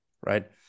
right